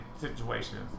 situations